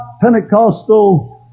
Pentecostal